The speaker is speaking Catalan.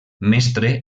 mestre